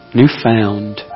newfound